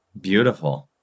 Beautiful